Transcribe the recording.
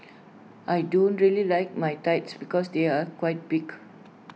I don't really like my thighs because they are quite big